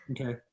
okay